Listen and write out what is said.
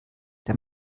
der